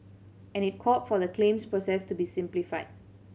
and it called for the claims process to be simplified